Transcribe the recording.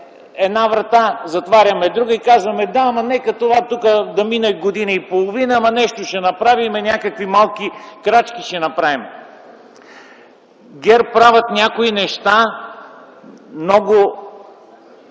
една врата, отваряме друга, и казваме: „Да, ама нека това тука – да мине година и половина…. Ама, нещо ще направим – някакви малки крачки ще направим”. ГЕРБ правят някои неща с много